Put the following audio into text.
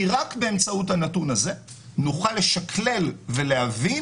כי רק באמצעות הנתון הזה נוכל לשקלל ולהבין